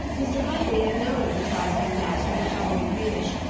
mr. huntley had known of the trifling debts that were troubling hamish,